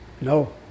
No